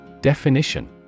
Definition